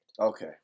okay